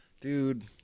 dude